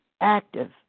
active